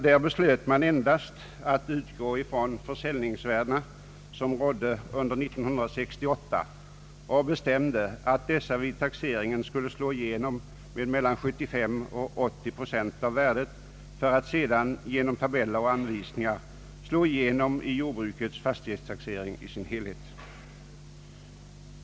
Där beslöt man endast att utgå från de försäljningsvärden som rådde under år 1968 och bestämde att dessa vid taxeringen skulle slå igenom med meilan 75 och 80 procent av värdet för att sedan genom tabeller och anvisningar slå igenom i jordbrukets fastighetstaxering i sin helhet.